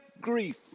grief